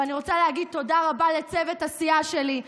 ואני רוצה להגיד תודה רבה לצוות הסיעה שלי,